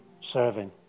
serving